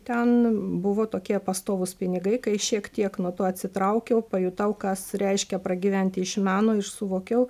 ten buvo tokie pastovūs pinigai kai šiek tiek nuo to atsitraukiau pajutau kas reiškia pragyventi iš meno ir suvokiau